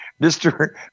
Mr